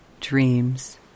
dreams